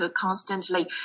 constantly